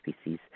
species